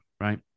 right